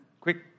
quick